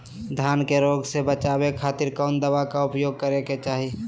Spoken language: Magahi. धान के रोग से बचावे खातिर कौन दवा के उपयोग करें कि चाहे?